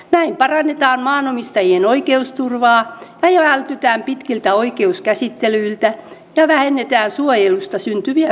näin parannetaan maanomistajien oikeusturvaa ja vältytään pitkiltä oikeuskäsittelyiltä ja vähennetään suojelusta syntyviä kustannuksia